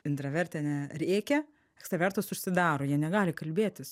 intravertė ne rėkia ekstravertas užsidaro jie negali kalbėtis